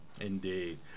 Indeed